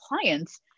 clients